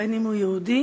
בין שהוא יהודי,